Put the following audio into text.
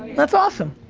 that's awesome!